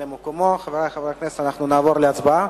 חברי חברי הכנסת, נעבור להצבעה.